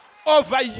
over